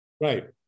Right